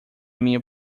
minha